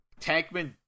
Tankman